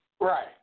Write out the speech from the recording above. Right